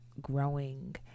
growing